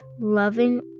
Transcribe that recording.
loving